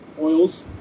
oils